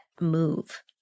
move